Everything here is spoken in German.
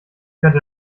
könnte